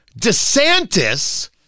DeSantis